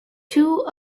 two